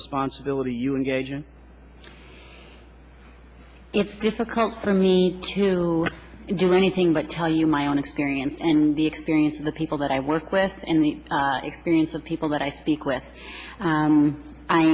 responsibility you engage in it's difficult for me to do anything but tell you my own experience and the experience of the people that i work with in the experience of people that i speak with